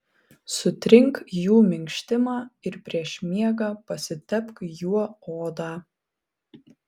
sutrink jų minkštimą ir prieš miegą pasitepk juo odą